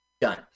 Done